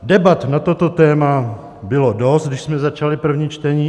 Debat na toto téma bylo dost, když jsme začali první čtení.